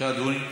בבקשה, אדוני.